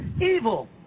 evil